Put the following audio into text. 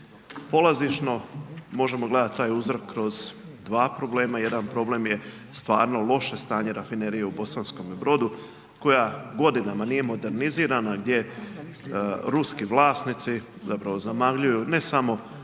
Polazišno možemo gledati taj uzrok kroz 2 problema. Jedan problem je stvarno loše stanje rafinerije u Bosanskome Brodu koja godinama nije modernizirana gdje ruski vlasnici, zapravo zamagljuju ne samo